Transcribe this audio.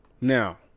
Now